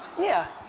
yeah.